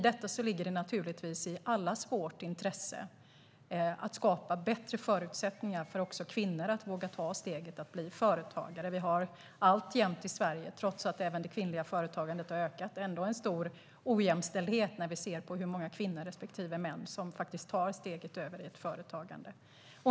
Det ligger naturligtvis i allas vårt intresse att skapa bättre förutsättningar också för kvinnor att våga ta steget att bli företagare. Vi har alltjämt i Sverige, trots att även det kvinnliga företagandet har ökat, en stor ojämställdhet avseende hur många kvinnor respektive män som tar steget över till företagande.